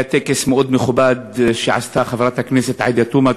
היה טקס מאוד מכובד שעשתה חברת הכנסת עאידה תומא,